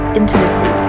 intimacy